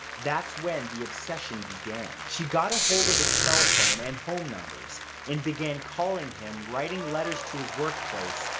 that's when the obsession began. she got a hold of his cell phone and home numbers and began calling him, writing letters to his workplace,